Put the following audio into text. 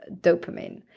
dopamine